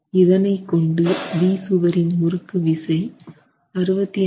இதனை கொண்டு B சுவரின் முறுக்கு விசை 65